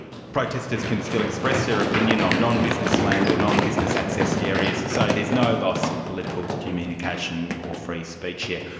protesters can still express their opinion on non-business land or non-business access areas, so there's no loss of political communication or free speech here.